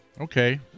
Okay